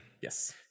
Yes